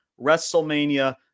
WrestleMania